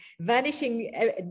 vanishing